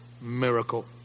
miracle